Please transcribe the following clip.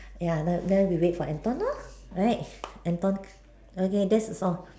ya then then we wait for Anton lor right Anton okay that's all